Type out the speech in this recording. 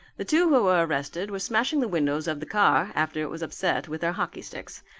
the two who were arrested were smashing the windows of the car, after it was upset, with their hockey sticks.